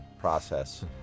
process